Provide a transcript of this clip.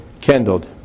kindled